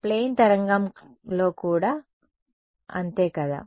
plane తరంగంలో కూడా అంతే కదా